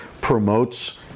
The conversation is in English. promotes